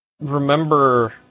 remember